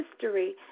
history